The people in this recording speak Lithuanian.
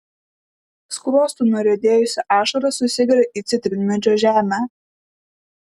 skruostu nuriedėjusi ašara susigeria į citrinmedžio žemę